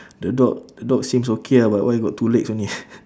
the dog the dog seems okay ah but why got two legs only